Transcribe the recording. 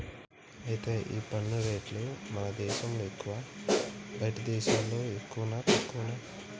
అయితే ఈ పన్ను రేట్లు మన దేశంలో ఎక్కువా బయటి దేశాల్లో ఎక్కువనా తక్కువనా